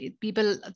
people